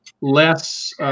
less